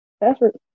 Effort